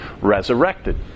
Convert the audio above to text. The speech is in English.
resurrected